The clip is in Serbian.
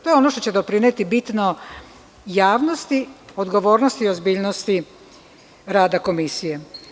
To je ono što će bitno doprineti javnosti, odgovornosti i ozbiljnosti rada komisije.